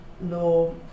law